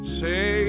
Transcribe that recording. say